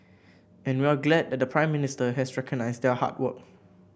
and we're glad that the Prime Minister has recognised their hard work